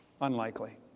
unlikely